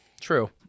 true